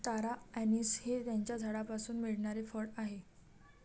तारा अंनिस हे त्याच्या झाडापासून मिळणारे फळ आहे